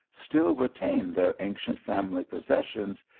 still retain their ancient family possessions,